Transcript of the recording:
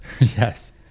Yes